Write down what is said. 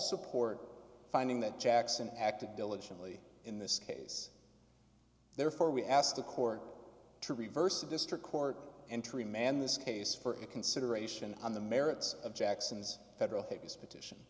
support finding that jackson acted diligently in this case therefore we asked the court to reverse a district court entry man this case for any consideration on the merits of jackson's federal hate his petition